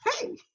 Hey